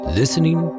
listening